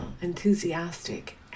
enthusiastic